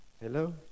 Hello